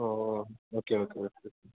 oh okay okay okay